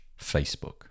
Facebook